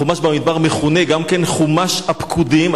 חומש במדבר מכונה גם "חומש הפקודים",